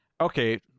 Okay